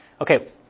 Okay